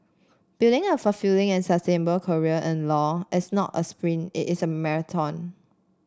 building a fulfilling and sustainable career in law is not a sprint it is a marathon